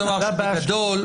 בגדול,